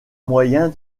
moyen